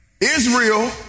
Israel